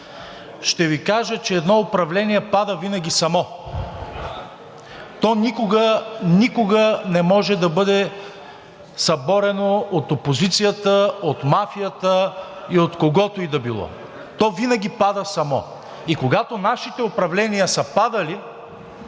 ще Ви кажа, че едно управление пада винаги само, то никога не може да бъде съборено от опозицията, от мафията и от когото и да било, то винаги пада само. И когато нашите управления са падали,